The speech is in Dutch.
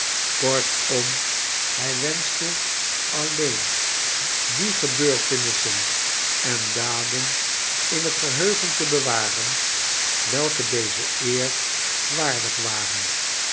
kortom hij wenschte alleen die gebeurtenissen en daden in het geheugen te bewaren welke deze eer waardig waren